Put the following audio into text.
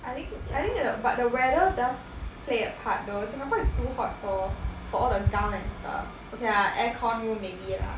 I think I think the but the weather does play a part though Singapore is too hot for for all the gown and stuff okay lah aircon room maybe lah